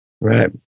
Right